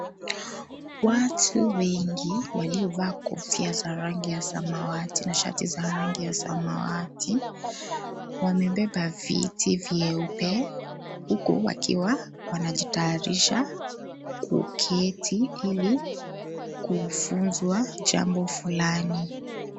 Watu wengi waliovaa kofia za rangi ya samawati na shati za rangi za samawati wamebeba viti vyeupe huku wakiwa wanajitayarisha kuketi ili kufunzwa jambo fulani.